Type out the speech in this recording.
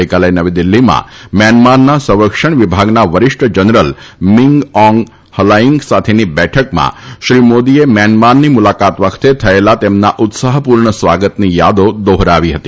ગઇકાલે નવી દિલ્ફીમાં મ્યાનમારના સંરક્ષણ વિભાગના વરિષ્ઠ જનરલ મીંગ ઓંગ હલાઇંગ સાથેની બેઠકમાં શ્રી મોદીએ મ્યાનમારની મુલાકાત વખતે થયેલા તેમના ઉત્સાહપૂર્ણ સ્વાગતની યાદો દોહરાવી હતી